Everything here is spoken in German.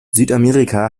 südamerika